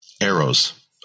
Arrows